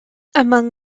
among